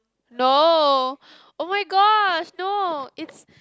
no oh-my-gosh no it's